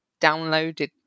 downloaded